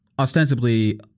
ostensibly